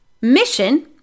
mission